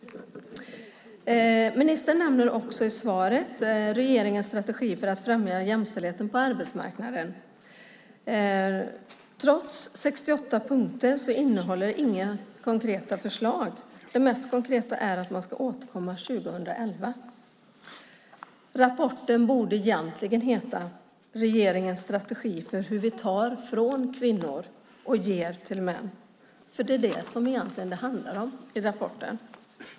Ministern nämner också i svaret regeringens strategi för att främja jämställdheten på arbetsmarknaden. Trots att det är 68 punkter innehåller de inga konkreta förslag. Det mest konkreta är att man ska återkomma 2011. Rapporten borde egentligen heta: Regeringens strategi för hur vi tar från kvinnor och ger till män. För det är det som rapporten egentligen handlar om.